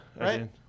Right